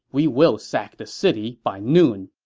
we will sack the city by noon